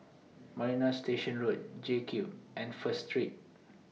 Marina Station Road JCube and First Street